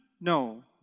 No